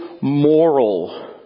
moral